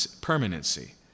permanency